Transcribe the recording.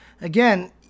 Again